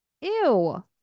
Ew